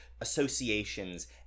associations